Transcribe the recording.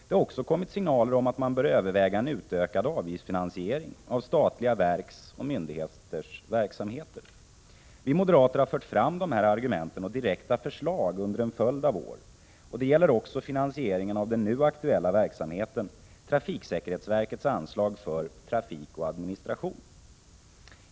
Det har också kommit signaler om att man bör överväga en utökad avgiftsfinansiering av statliga verks och myndigheters verksamheter. 157 Vi moderater har fört fram dessa argument och direkta förslag under en följd av år. Det gäller också finansieringen av den nu aktuella verksamheten, trafiksäkerhetsverkets anslag för Trafik och administration.